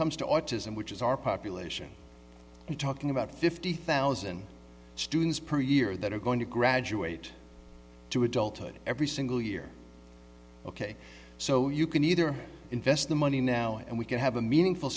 comes to autism which is our population you're talking about fifty thousand students per year that are going to graduate to adulthood every single year ok so you can either invest the money now and we can have a meaningful